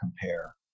compare